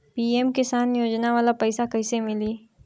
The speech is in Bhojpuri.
पी.एम किसान योजना वाला पैसा कईसे मिली?